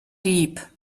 deep